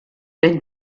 wenn